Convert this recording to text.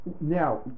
Now